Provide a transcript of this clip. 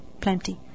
plenty